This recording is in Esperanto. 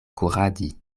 kuradi